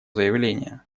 заявление